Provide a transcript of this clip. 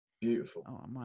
Beautiful